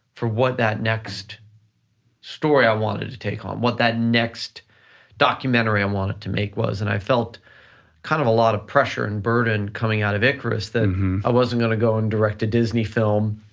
for what that next story i wanted to take on, um what that next documentary i wanted to make was, and i felt kind of a lot of pressure and burden coming out of icarus that i wasn't gonna go and direct a disney film,